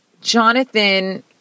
Jonathan